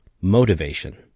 Motivation